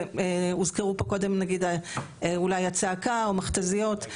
והזוכרו פה קודם, נגיד, אולי הצעקה או מכת"זיות.